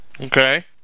Okay